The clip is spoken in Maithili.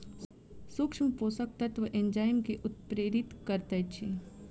सूक्ष्म पोषक तत्व एंजाइम के उत्प्रेरित करैत छै